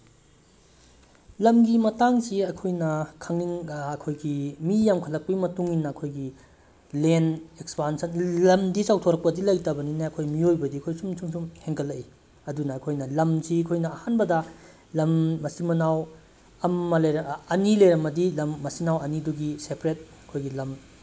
ꯂꯝꯒꯤ ꯃꯇꯥꯡꯁꯤ ꯑꯩꯈꯣꯏ ꯑꯩꯈꯣꯏꯒꯤ ꯃꯤ ꯌꯥꯝꯈꯠꯂꯛꯄꯒꯤ ꯃꯇꯨꯡꯏꯟꯅ ꯑꯩꯈꯣꯏꯒꯤ ꯂꯦꯟ ꯑꯦꯛꯁꯄꯥꯟꯁꯟ ꯂꯝꯗꯤ ꯆꯥꯎꯊꯣꯔꯛꯄꯗꯤ ꯂꯩꯇꯕꯅꯤꯅ ꯑꯩꯈꯣꯏ ꯃꯤꯑꯣꯏꯕꯗꯤ ꯑꯩꯈꯣꯏ ꯁꯨꯝ ꯁꯨꯝ ꯁꯨꯝ ꯍꯦꯟꯒꯠꯂꯛꯏ ꯑꯗꯨꯅ ꯑꯩꯈꯣꯏꯅ ꯂꯝꯁꯤ ꯑꯩꯈꯣꯏꯅ ꯑꯍꯥꯟꯕꯗ ꯂꯝ ꯃꯆꯤꯟ ꯃꯅꯥꯎ ꯑꯅꯤ ꯂꯩꯔꯝꯃꯗꯤ ꯂꯝ ꯃꯅꯤꯟ ꯃꯅꯥꯎ ꯑꯅꯤꯗꯨꯒꯤ ꯁꯦꯄꯔꯦꯠ ꯑꯩꯈꯣꯏꯒꯤ ꯂꯝ